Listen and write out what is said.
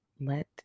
let